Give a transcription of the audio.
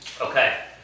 Okay